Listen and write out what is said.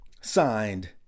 Signed